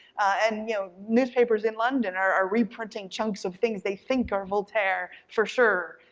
and, you know, newspapers in london are reprinting chunks of things they think are voltaire for sure,